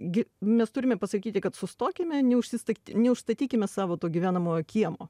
gi mes turime pasakyti kad sustokime neužsistatyk neužstatykime savo to gyvenamojo kiemo